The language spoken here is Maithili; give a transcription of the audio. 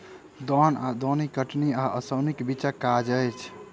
दौन वा दौनी कटनी आ ओसौनीक बीचक काज अछि